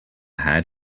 had